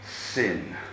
sin